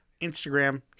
Instagram